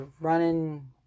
running